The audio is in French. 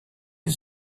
les